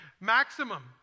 Maximum